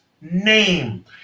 name